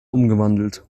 umgewandelt